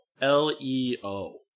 L-E-O